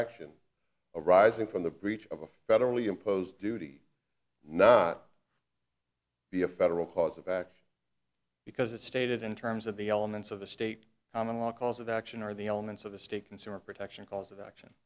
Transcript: action arising from the breach of a federally imposed duty not be a federal cause of act because it's stated in terms of the elements of the state law cause of action are the elements of the state consumer protection cause of action